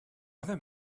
other